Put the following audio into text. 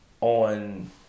on